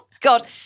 God